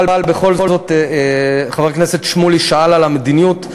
אבל בכל זאת חבר הכנסת שמולי שאל על המדיניות,